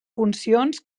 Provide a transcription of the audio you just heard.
funcions